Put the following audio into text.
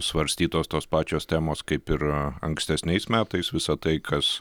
svarstytos tos pačios temos kaip ir ankstesniais metais visa tai kas